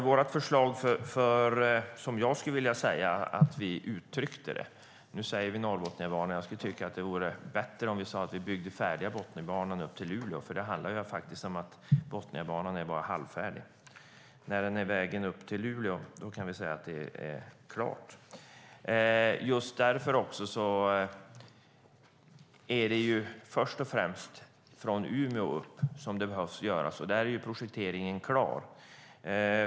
Herr talman! Nu talar vi om Norrbotniabanan. Det vore bättre om vi sade att vi byggde färdigt Botniabanan upp till Luleå. Det handlar om att Botniabanan bara är halvfärdig. När den går vägen upp till Luleå kan vi säga att det är klart. Det är först och främst från Umeå och upp som det behövs byggas. Där är projekteringen klar.